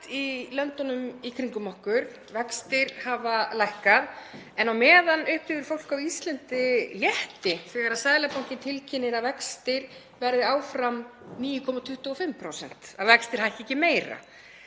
í löndunum í kringum okkur og vextir hafa lækkað en á meðan upplifir fólk á Íslandi létti þegar Seðlabankinn tilkynnir að vextir verði áfram 9,25%, að vextir hækki ekki meira.